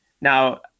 Now